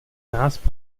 nás